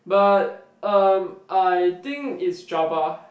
but um I think it's Java